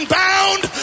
bound